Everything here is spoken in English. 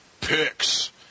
Picks